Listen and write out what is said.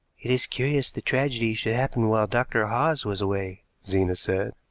it is curious the tragedy should happen while dr. hawes was away, zena said.